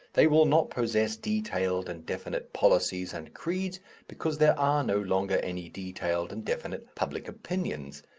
they will not possess detailed and definite policies and creeds because there are no longer any detailed and definite public opinions,